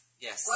yes